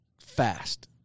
Fast